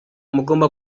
mugomba